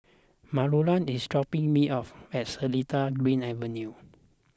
Manuela is dropping me off at Seletar Green Avenue